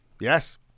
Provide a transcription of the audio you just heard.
Yes